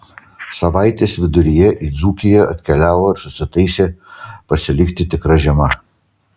savaitės viduryje į dzūkiją atkeliavo ir susitaisė pasilikti tikra žiema